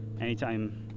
Anytime